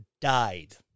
died